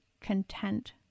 content